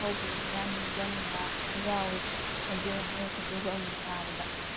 ꯍꯧꯈꯤꯕ ꯃꯌꯥꯝ ꯅꯤꯡꯖꯪꯕ ꯃꯌꯥꯝ ꯌꯥꯎꯏ ꯍꯥꯏꯗꯤ ꯈꯣꯟꯖꯦꯟ ꯃꯣꯏꯒꯤ ꯈꯣꯟꯖꯦꯟꯁꯦ ꯑꯃꯨꯛ ꯃꯨꯛ ꯇꯥꯕꯗ